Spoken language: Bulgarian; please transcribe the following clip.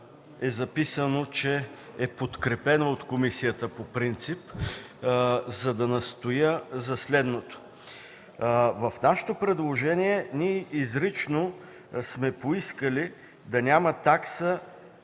е записано, че е подкрепено от комисията по принцип, за да настоявам за следното. В нашето предложение ние изрично сме поискали да няма такса